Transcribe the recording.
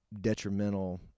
detrimental